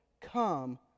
come